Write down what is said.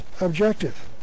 objective